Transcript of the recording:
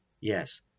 Yes